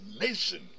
nation